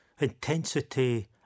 Intensity